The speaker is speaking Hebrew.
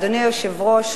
אדוני היושב-ראש,